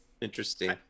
Interesting